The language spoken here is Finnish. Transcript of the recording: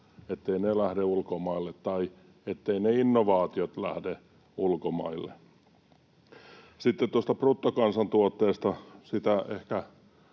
etteivät he lähde ulkomaille, tai etteivät ne innovaatiot lähde ulkomaille. Sitten tuosta bruttokansantuotteesta. Siitä ehkä